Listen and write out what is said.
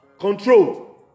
control